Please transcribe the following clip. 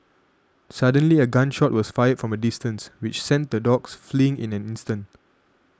suddenly a gun shot was fired from a distance which sent the dogs fleeing in an instant